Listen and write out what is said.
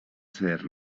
ser